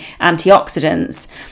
antioxidants